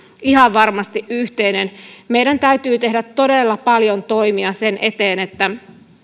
ihan varmasti yhteinen meidän täytyy tehdä todella paljon toimia sen eteen että